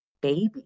baby